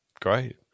Great